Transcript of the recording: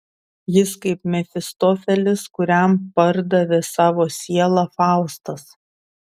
jis kaip mefistofelis kuriam pardavė savo sielą faustas